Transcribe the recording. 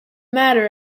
matter